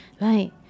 Right